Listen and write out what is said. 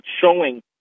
showing